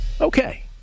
Okay